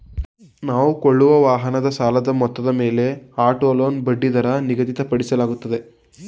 ನಾವು ಕೊಳ್ಳುವ ವಾಹನದ ಸಾಲದ ಮೊತ್ತದ ಮೇಲೆ ಆಟೋ ಲೋನ್ ಬಡ್ಡಿದರ ನಿಗದಿಪಡಿಸಲಾಗುತ್ತದೆ